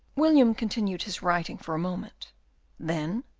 william continued his writing for a moment then,